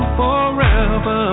forever